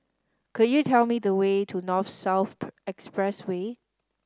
could you tell me the way to North South Expressway